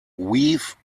weave